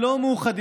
הממשלה.